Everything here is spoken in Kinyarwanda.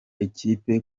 ikipe